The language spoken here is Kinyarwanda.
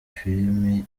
filime